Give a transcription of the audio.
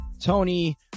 Tony